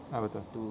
ah betul